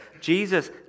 Jesus